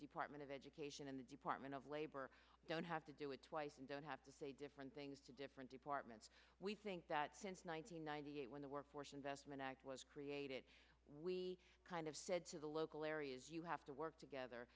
department of education and the department of labor don't have to do it twice and don't have to say different things to different apartments we think that since one thousand nine hundred eight when the workforce investment act was created we kind of said to the local areas you have to work together